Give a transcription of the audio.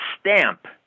stamp